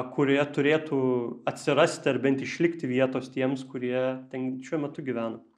kurioje turėtų atsirasti ar bent išlikti vietos tiems kurie ten šiuo metu gyvena